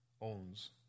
owns